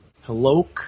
Hello